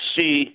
see